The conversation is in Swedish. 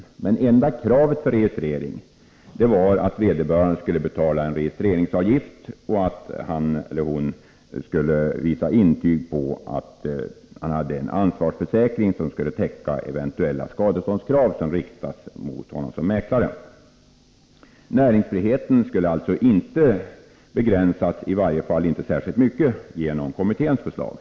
Det enda som enligt förslaget krävdes för att en mäklare skulle bli registrerad var att vederbörande betalade en registreringsavgift och kunde visa intyg på att ansvarsförsäkring tecknats för att täcka eventuella skadeståndskrav riktade mot mäklaren. Näringsfriheten skulle alltså inte begränsas — i varje fall inte särskilt mycket — genom kommitténs förslag.